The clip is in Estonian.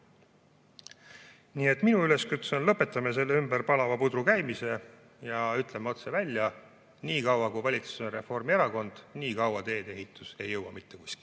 Nii et minu üleskutse on: lõpetame selle ümber palava pudru käimise ja ütleme otse välja, et niikaua kui valitsuses on Reformierakond, niikaua tee-ehitus ei jõua mitte kuskile.